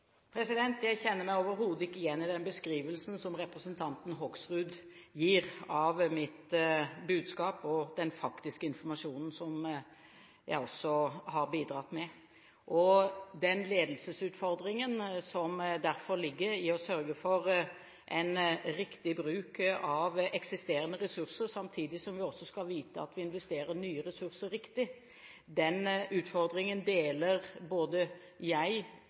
Jeg kjenner meg overhodet ikke igjen i den beskrivelsen som representanten Hoksrud gir av mitt budskap og den faktiske informasjonen som jeg også har bidratt med. Den ledelsesutfordringen som derfor ligger i å sørge for en riktig bruk av eksisterende ressurser, samtidig som vi også skal vite at vi investerer nye ressurser riktig, deler både jeg,